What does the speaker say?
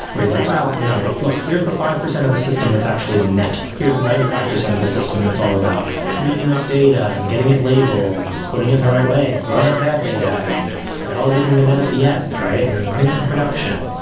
where it's like well you know look, here's the five percent of the system that's actually the net. here's the ninety five percent of the system that's all about cleaning up data and getting it labeled and putting in the right way and throwing out bad data and validating the net at the end, right? then running it in production.